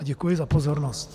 Děkuji za pozornost.